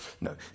No